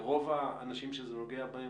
לרוב האנשים שזה נוגע בהם,